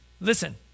listen